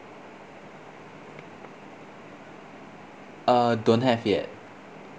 uh don't have yet